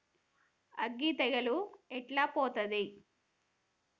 అగ్గి తెగులు ఎట్లా పోతది?